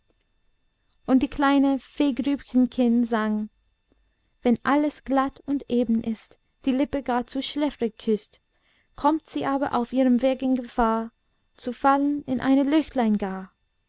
und die kleine fee grübchenkinn sang wenn alles glatt und eben ist die lippe gar zu schläfrig küßt kommt sie aber auf ihrem weg in gefahr zu fallen in ein löchlein gar